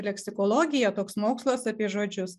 leksikologija toks mokslas apie žodžius